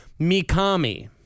Mikami